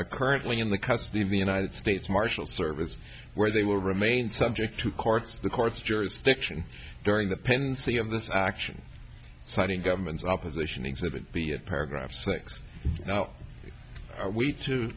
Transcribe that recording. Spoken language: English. are currently in the custody of the united states marshals service where they will remain subject to court's the court's jurisdiction during the pendency of this action citing government's opposition exhibit b at paragraph six now are we to